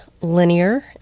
linear